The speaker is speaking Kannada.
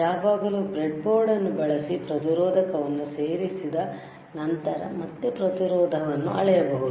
ಯಾವಾಗಲೂ ಬ್ರೆಡ್ ಬೋರ್ಡ್ ಅನ್ನು ಬಳಸಿ ಪ್ರತಿರೋಧಕವನ್ನು ಸೇರಿಸದ ನಂತರ ಮತ್ತೆ ಪ್ರತಿರೋಧವನ್ನು ಅಳೆಯಬಹುದು